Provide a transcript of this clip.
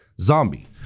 Zombie